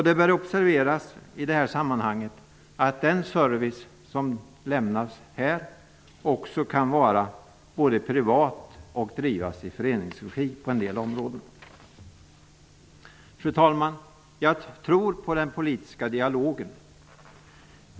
Det bör observeras att den service som lämnas kan vara såväl privat som driven i föreningsregi. Fru talman! Jag tror på den politiska dialogen.